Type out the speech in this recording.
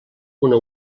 una